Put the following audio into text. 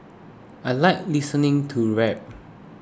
I like listening to rap